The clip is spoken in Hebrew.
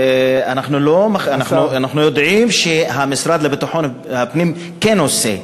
אנחנו יודעים שהמשרד לביטחון הפנים כן עושה,